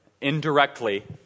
indirectly